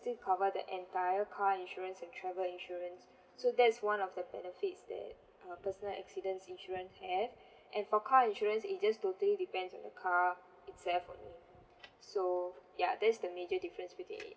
still cover the entire car insurance and travel insurance so that's one of the benefits that uh personal accidents insurance have and for car insurance it just totally depends on your car itself only so ya that's the major difference between it